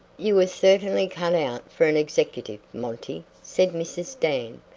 you were certainly cut out for an executive, monty, said mrs. dan.